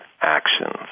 actions